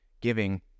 giving